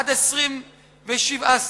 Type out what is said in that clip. עד 27 שרים.